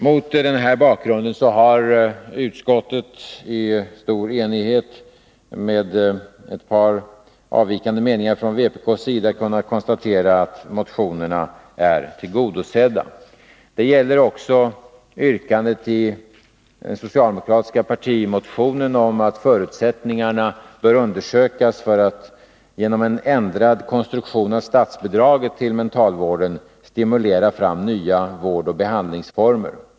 Mot den här bakgrunden har utskottet i stor enighet — bara ett par avvikande meningar har framförts från vpk — kunnat konstatera att motionerna är tillgodosedda. Det gäller också yrkandet i den socialdemokratiska partimotionen, där man säger att förutsättningarna bör undersökas för att genom en ändrad konstruktion av statsbidraget till mentalvården stimulera fram nya vårdoch behandlingsformer.